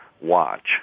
watch